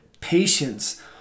patience